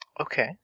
Okay